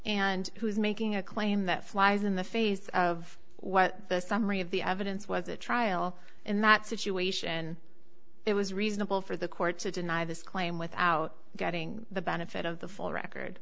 and who is making a claim that flies in the face of what the summary of the evidence was a trial in that situation it was reasonable for the court to deny this claim without getting the benefit of the full record